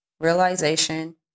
Realization